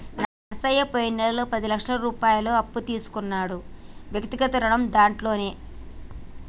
నరసయ్య పోయిన నెలలో పది లక్షల అప్పు తీసుకున్నాడు వ్యక్తిగత రుణం దాంట్లోనే